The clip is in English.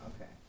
Okay